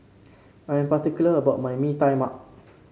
I am particular about my Mee Tai Mak